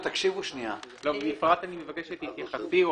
בפרט אני מבקש שתתייחסי,